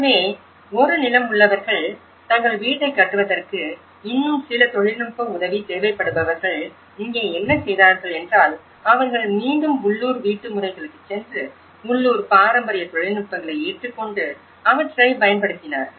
எனவே ஒரு நிலம் உள்ளவர்கள் தங்கள் வீட்டைக் கட்டுவதற்கு இன்னும் சில தொழில்நுட்ப உதவி தேவைப்படுபவர்கள் இங்கே என்ன செய்தார்கள் என்றால் அவர்கள் மீண்டும் உள்ளூர் வீட்டு முறைகளுக்குச் சென்று உள்ளூர் பாரம்பரிய தொழில்நுட்பங்களை ஏற்றுக்கொண்டு அவற்றை பயன்படுத்தினார்கள்